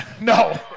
No